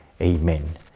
amen